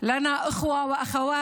יש לנו אחים ואחיות